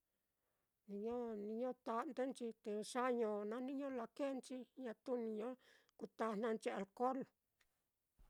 Niño-niño ta'ndenchi te yāā ño naá niño lakēēnchi, ñatu niño kutajnanchi alcohol.